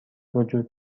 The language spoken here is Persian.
وجود